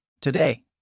Today